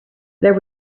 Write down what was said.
there